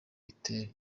itel